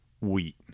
wheat